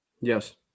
Yes